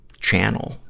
channel